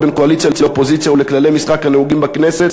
בין קואליציה לאופוזיציה ולכללי משחק הנהוגים בכנסת,